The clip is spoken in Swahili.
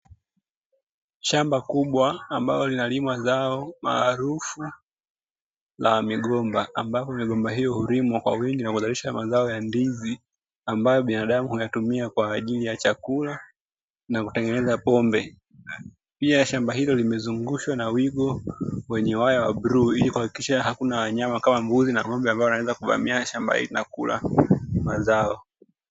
Shambakubwa ambalo linalima zao maarufu la migomba, ambapo migomba hiyo hulimwa kwa wingi na kuzalisha mazao ya ndizi ambayo binadamu huyatumia kwaajili ya chakula na kutengeneza pombe, pia shamba hilo, limezungushwa na wigo wenye waya wa bluu ili kuhakikisha hakuna wanyama kama mbuzi na ng'ombe ambao wanaweza kuvamia shamba na kula mazao.